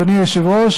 אדוני היושב-ראש,